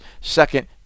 Second